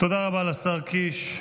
אנחנו לא יכולים לעסוק בשנאת חינם,